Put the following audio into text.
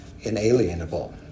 inalienable